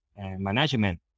management